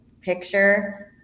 picture